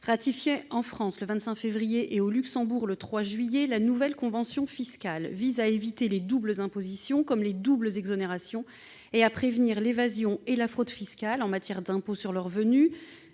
Ratifiée en France le 25 février et au Luxembourg le 3 juillet, la nouvelle convention fiscale vise à éviter les doubles impositions comme les doubles exonérations, et à prévenir l'évasion et la fraude fiscales en matière d'impôts sur le revenu,